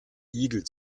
igel